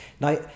now